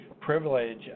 privilege